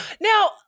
Now